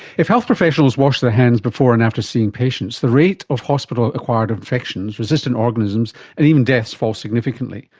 if health professionals wash their hands before and after seeing patients, the rate of hospital acquired infections, resistant organisms and even deaths fall significantly.